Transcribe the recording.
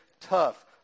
tough